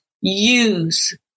use